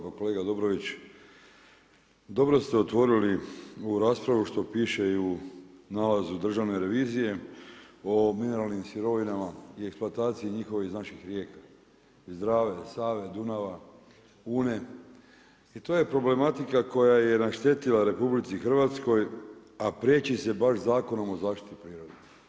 Pa kolega Dobrović, dobro ste otvorili ovu raspravu što piše i u nalazu Državne revizije o mineralnim sirovinama i eksploataciji njihove iz naših rijeka iz Drave, Save, Dunava, Une i to je problematika koja je naštetila RH, a priječi se baš Zakonom o zaštiti prirode.